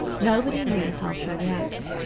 nobody knew how to react.